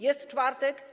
Jest czwartek.